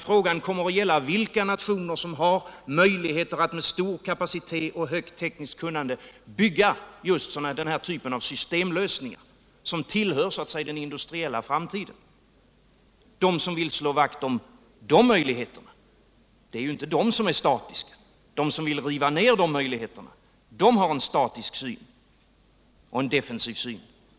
Frågan skall där gälla vilka nationer som har möjligheter att med stora kapacitet och högt tekniskt kunnande bygga just den här typen av systemlösningar, som tillhör den industriella framtiden. De som vill slå vakt om de möjligheterna är inte statiska. De som vill riva ner de här möjligheterna har däremot en statisk och defensiv syn.